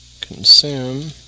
Consume